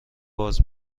باز